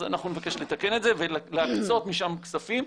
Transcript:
אז אנחנו נבקש לתקן את זה ולהקצות משם כספים.